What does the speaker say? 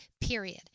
period